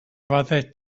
fyddet